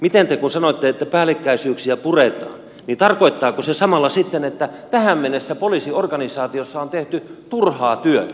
kun te sanoitte että päällekkäisyyksiä puretaan niin tarkoittaako se samalla sitten että tähän mennessä poliisiorganisaatiossa on tehty turhaa työtä